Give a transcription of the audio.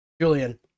Julian